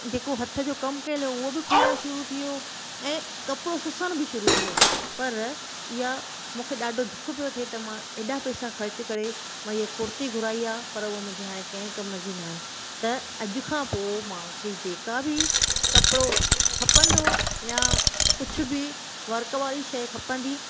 जेको हथ जो कमु कयलु हुओ उहो बि खुलणु शुरू थी वियो ऐं कपिड़ो सुसणु बि शुरू थी वियो पर इहा मूंखे ॾाढो दुख पियो थिए त मां एॾा पेसा ख़र्चु करे मां इहा कुर्ती घुराई आहे पर उहा मुंहिंजी हाणे कंहिं कम जी न आहे त अॼु खां पोइ मूंखे जेका बि कपिड़ो खपंदो या कुझु बि वर्क वारी शइ खपंदी